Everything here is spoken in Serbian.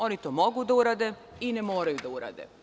Oni to mogu da urade i ne moraju da urade.